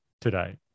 today